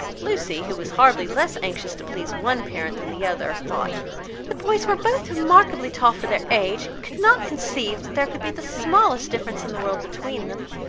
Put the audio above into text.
lucy, who was hardly less anxious to please one parent than the other, thought the boys were both remarkably tall for their age, and could not conceive that there could be the smallest difference in the world between them